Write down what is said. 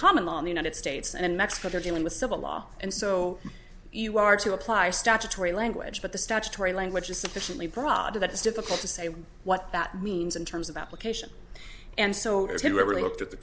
common law in the united states and in mexico they're dealing with civil law and so you are to apply statutory language but the statutory language is sufficiently broad that it's difficult to say what that means in terms of application and so to do it really looked at the